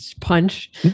punch